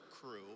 crew